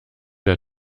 der